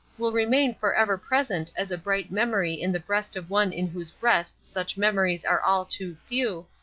will remain for ever present as a bright memory in the breast of one in whose breast such memories are all too few,